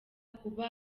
kuba